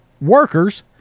workers